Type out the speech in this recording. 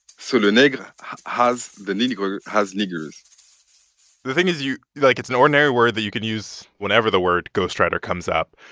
so le negre has the nigger has niggers the thing is, you like, it's an ordinary word that you can use whenever the word ghostwriter comes up.